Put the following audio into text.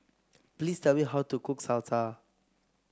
please tell me how to cook Salsa